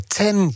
ten